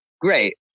great